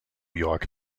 york